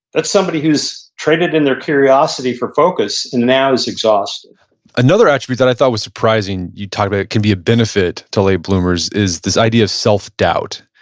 that's somebody who's traded in their curiosity for focus and now is exhausted another attribute that i thought was surprising you talked about, it can be a benefit to late bloomers, is this idea of self-doubt.